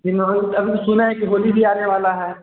जी ma'am अभी सुने हैं कि होली भी आने वाला है